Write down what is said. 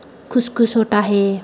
कुस कुस होता है